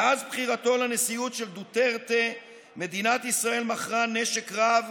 מאז בחירתו של דוטרטה לנשיאות מדינת ישראל מכרה נשק רב